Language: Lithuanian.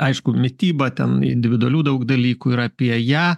aišku mityba ten individualių daug dalykų yra apie ją